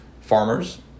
farmers